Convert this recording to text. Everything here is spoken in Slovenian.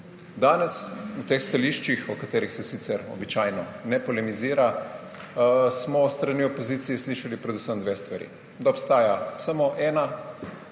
Danes smo v teh stališčih, v katerih se sicer običajno ne polemizira, s strani opozicije slišali predvsem dve stvari – da obstaja samo en